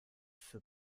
für